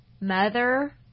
mother